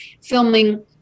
filming